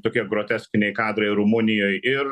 tokie groteskiniai kadrai rumunijoj ir